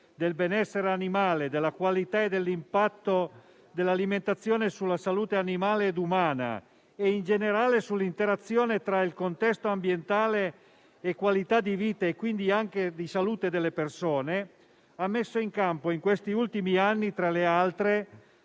del benessere animale, della qualità e dell'impatto dell'alimentazione sulla salute animale e umana, e in generale sull'interazione tra il contesto ambientale e la qualità di vita (quindi, anche di salute) delle persone, ha messo in campo in questi ultimi anni, tra le altre,